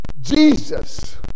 Jesus